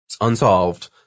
unsolved